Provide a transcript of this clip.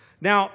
Now